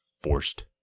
forced